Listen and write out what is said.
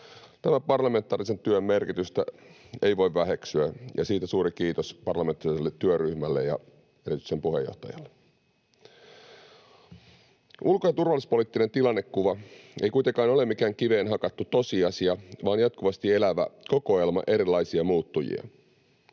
Tämän parlamentaarisen työn merkitystä ei voi väheksyä, ja siitä suuri kiitos parlamentaariselle työryhmälle ja erityisesti sen puheenjohtajalle. Ulko- ja turvallisuuspoliittinen tilannekuva ei kuitenkaan ole mikään kiveen hakattu tosiasia vaan jatkuvasti elävä kokoelma erilaisia muuttujia.